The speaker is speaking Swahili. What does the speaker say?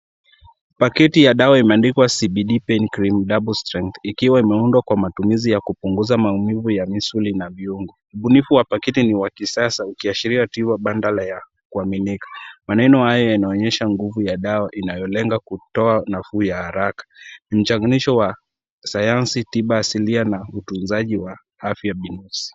Paketi ya dawa imeandikwa CBD Pain Cream Double Strength, ikiwa imeundwa kwa matumizi ya kupunguza maumivu ya misuli na viungo. Ubunifu wa paketi ni wa kisasa, ukiashiria tiba bandala ya kuaminika. Maneno haya yanaonyesha nguvu ya dawa inayolenga kutoa nafuu ya haraka. Ni mchanganyiko wa sayansi, tiba, asilia, na utunzaji wa afya binafsi.